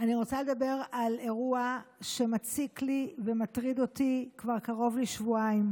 אני רוצה לדבר על אירוע שמציק לי ומטריד אותי כבר קרוב לשבועיים,